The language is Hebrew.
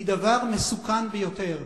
היא דבר מסוכן ביותר.